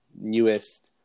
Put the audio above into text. newest